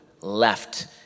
left